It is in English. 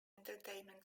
entertainment